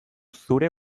zure